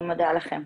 אני מודה לכם.